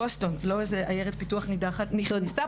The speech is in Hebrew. בוסטון לא איזו עיירת פיתוח נידחת היא נכנסה